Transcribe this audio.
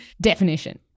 definition